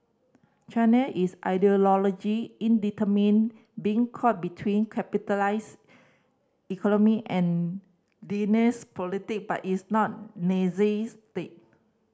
China is ideology in determine being caught between capitalist economy and Leninist politic but it's not Nazi state